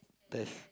test